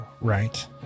right